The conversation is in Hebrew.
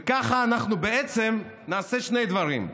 וככה אנחנו נעשה שני דברים: